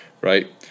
right